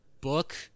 book